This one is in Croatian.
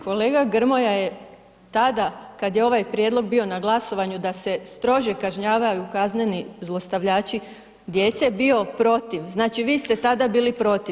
Kolega Grmoja je tada kad je ovaj prijedlog bio na glasovanju da se strože kažnjavanju kazneni zlostavljači djece bio protiv, znači vi ste tada bili protiv.